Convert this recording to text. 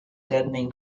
deadening